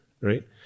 right